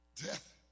Death